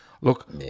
Look